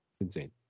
Insane